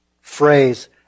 phrase